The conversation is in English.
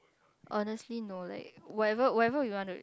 honestly no leh whatever whatever we want to